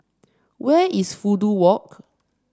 where is Fudu Walk